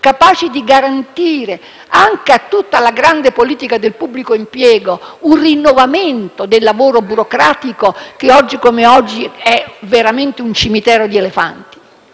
capaci di garantire anche a tutta la grande politica del pubblico impiego un rinnovamento del lavoro burocratico, che oggi come oggi è veramente un cimitero degli elefanti?